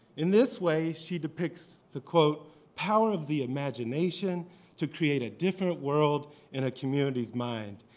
in this way, she depicts the quote power of the imagination to create a different world in a community's mind.